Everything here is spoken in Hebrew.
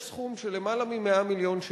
יש סכום של למעלה מ-100 מיליון שקל,